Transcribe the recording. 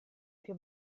più